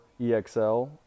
EXL